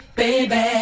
baby